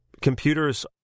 Computers